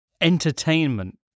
entertainment